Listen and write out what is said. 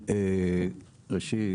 ראשית,